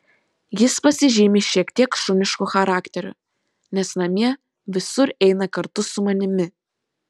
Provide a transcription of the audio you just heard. jis pasižymi šiek tiek šunišku charakteriu nes namie visur eina kartu su manimi